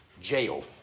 jail